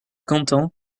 quentin